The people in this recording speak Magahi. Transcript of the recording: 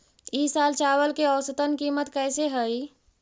ई साल चावल के औसतन कीमत कैसे हई?